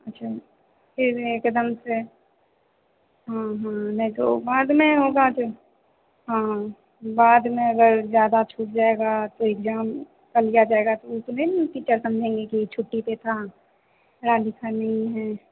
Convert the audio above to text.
अच्छा फ़िर एकदम से हाँ हाँ नहीं तो बाद में होगा तो हाँ बाद में अगर ज़्यादा छूट जाएगा तो इग्जाम गंदा जाएगा तो ऊ समय नहीं टीचर समझेंगे कि ई छुट्टी पर था पढ़ा लिखा नहीं है